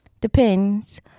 depends